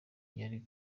yari